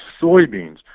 soybeans